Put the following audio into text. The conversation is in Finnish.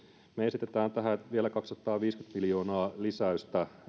me esitämme tähän vielä kaksisataaviisikymmentä miljoonaa lisäystä